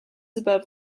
above